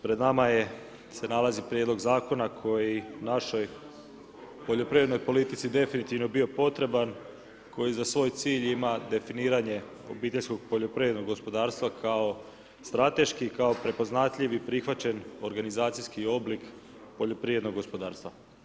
Pred nama se nalazi prijedlog Zakona koji je našoj poljoprivrednoj politici definitivno bio potreban, koji za svoj cilj ima definiranje obiteljskog poljoprivrednog gospodarstva kao strateški, kao prepoznatljiv i prihvaćen organizacijski oblik poljoprivrednog gospodarstva.